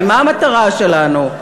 הרי מה המטרה שלנו,